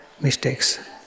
mistakes